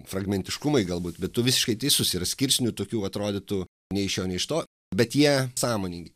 fragmentiškumai galbūt bet tu visiškai teisus yra skirsnių tokių atrodytų nei iš šio nei iš to bet jie sąmoningi